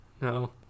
No